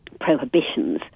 prohibitions